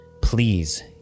Please